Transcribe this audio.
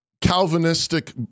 Calvinistic